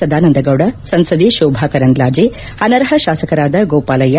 ಸದಾನಂದ ಗೌಡ ಸಂಸದೆ ಶೋಭಾ ಕರಂದ್ಲಾಜೆ ಅನರ್ಹ ಶಾಸಕರಾದ ಗೋಪಾಲಯ್ಯ